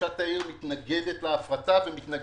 שראשת העיר מתנגדת להפרטה ולמתכונתה.